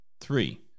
Three